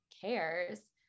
cares